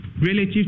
relative